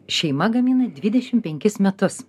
šeima gamina dvidešim penkis metus